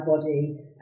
body